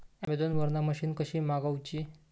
Amazon वरन machine कशी मागवची?